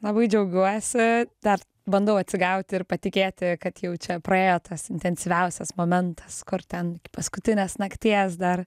labai džiaugiuosi dar bandau atsigaut ir patikėti kad jau čia praėjo tas intensyviausias momentas kur ten iki paskutinės nakties dar